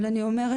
אבל אני אומרת.